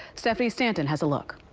stephanie stanton has a look.